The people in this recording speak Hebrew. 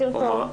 בוקר טוב.